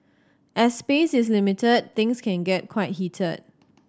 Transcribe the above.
as space is limited things can get quite heated